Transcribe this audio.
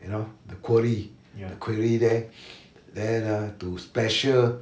you know the quarry quarry there then ah to special